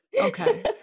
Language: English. okay